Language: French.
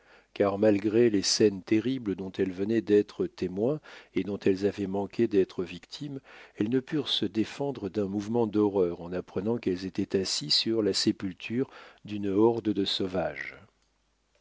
car malgré les scènes terribles dont elles venaient d'être témoins et dont elles avaient manqué d'être victimes elles ne purent se défendre d'un mouvement d'horreur en apprenant qu'elles étaient assises sur la sépulture d'une horde de sauvages